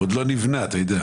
הוא עוד לא נבנה, אתה יודע.